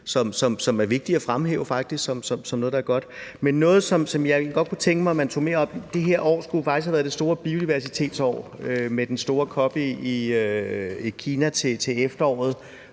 er vigtigt at fremhæve som noget, der er godt. Men der er noget, som jeg egentlig godt kunne tænke mig at man tog mere op. Det her år skulle jo faktisk have været det store biodiversitetsår med den store COP i Kina til efteråret.